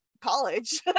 college